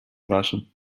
waschen